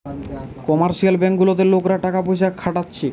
commercial bank গুলাতে লোকরা টাকা পয়সা খাটাচ্ছে